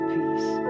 Peace